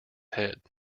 head